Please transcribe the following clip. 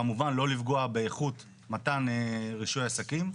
כמובן לא לפגוע באיכות מתן רישוי עסקים.